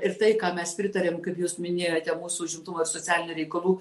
ir tai ką mes pritariam kaip jūs minėjote mūsų šitų vat socialinių reikalų